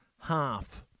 half